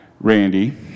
Randy